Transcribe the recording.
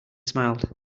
smiled